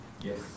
Yes